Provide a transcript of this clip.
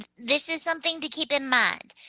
ah this is something to keep in mind.